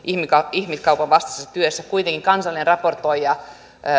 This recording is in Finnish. ihmiskaupan vastaisessa työssä kuitenkin kansallinen raportoija